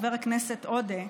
חבר הכנסת עודה,